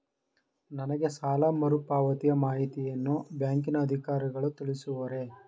ನನಗೆ ಸಾಲ ಮರುಪಾವತಿಯ ಮಾಹಿತಿಯನ್ನು ಬ್ಯಾಂಕಿನ ಅಧಿಕಾರಿಗಳು ತಿಳಿಸುವರೇ?